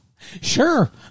Sure